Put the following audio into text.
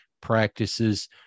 practices